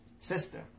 Sister